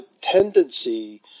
tendency